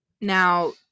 Now